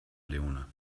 leone